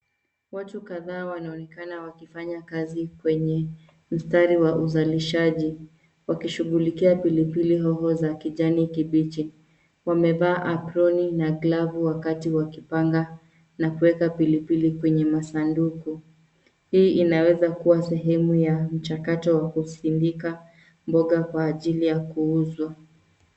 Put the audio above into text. Watu kadhaa wanaonekana wakifanya kazi kwenye mstari wa uzalishaji wakishughulikia pilipili hoho za kijani kibichi. Wamevaa aproni na glavu wakati wakipanga na kuweka pilipili kwenye masanduku. Hii inaweza kuwa sehemu ya mchakato wa kusindika mboga kwa ajili ya kuuzwa.